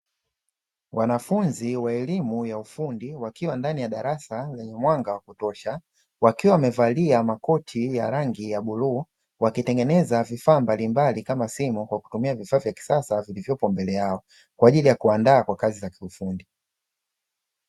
Wanafunzi wa elimu ya ufundi wakiwa ndani ya darasa lenye mwanga wa kutosha wakiwa wamevalia makoti ya rangi ya bluu, wakitengeneza vifaa mbalimbali kama simu kwa kutumia vifaa vya kisasa vilivyopo mbele yao, kwa ajili ya kuandaa kwa kazi za kiufundi.